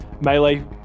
melee